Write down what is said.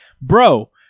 bro